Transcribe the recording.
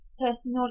personal